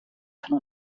von